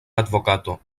advokato